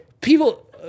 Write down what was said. People